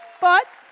but.